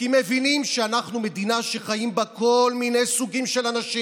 כי מבינים שאנחנו מדינה שחיים בה כל מיני סוגים של אנשים.